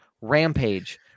rampage